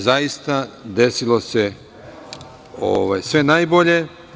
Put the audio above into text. Zaista, desilo se sve najbolje.